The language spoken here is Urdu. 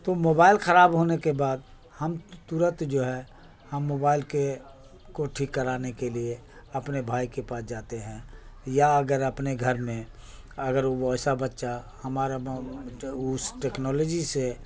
تو موبائل خراب ہونے کے بعد ہم ترنت جو ہے ہم موبائل کے کو ٹھیک کرانے کے لیے اپنے بھائی کے پاس جاتے ہیں یا اگر اپنے گھر میں اگر ویسا بچہ ہمارا اس ٹیکنالوجی سے